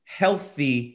healthy